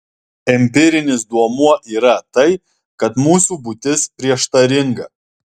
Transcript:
empirinis duomuo yra tai kad mūsų būtis prieštaringa